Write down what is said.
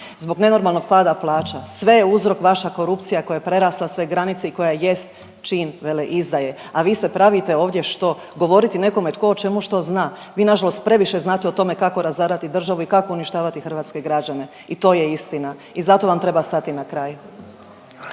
zbog nenormalnog pada plaća, sve je uzrok vaša korupcija koja je prerasla sve granice i koja jest čin veleizdaje. A vi se pravite ovdje što? Govoriti nekome tko o čemu što zna. Vi nažalost previše znate o tome kako razarati državu i kako uništavati hrvatske građane i to je istina i zato vam treba stati na kraj.